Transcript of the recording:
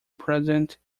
present